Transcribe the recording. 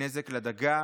זה נזק לדגה,